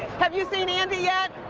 have you seen andy yet?